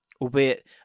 albeit